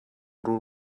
rul